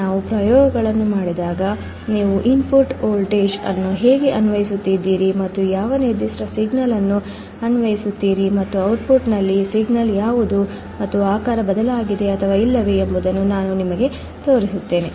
ನಾವು ಪ್ರಯೋಗಗಳನ್ನು ಮಾಡಿದಾಗ ನೀವು ಇನ್ಪುಟ್ ವೋಲ್ಟೇಜ್ ಅನ್ನು ಹೇಗೆ ಅನ್ವಯಿಸುತ್ತಿದ್ದೀರಿ ಮತ್ತು ಯಾವ ನಿರ್ದಿಷ್ಟ ಸಿಗ್ನಲ್ ಅನ್ನು ಅನ್ವಯಿಸುತ್ತೀರಿ ಮತ್ತು output ಅಲ್ಲಿ ಸಿಗ್ನಲ್ ಯಾವುದು ಮತ್ತು ಶೇಪ್ ಬದಲಾಗಿದೆ ಅಥವಾ ಇಲ್ಲವೇ ಎಂಬುದನ್ನು ನಾನು ನಿಮಗೆ ತೋರಿಸುತ್ತೇನೆ